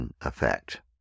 effect